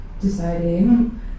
deciding